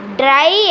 dry